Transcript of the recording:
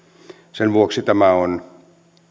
sen vuoksi tämä on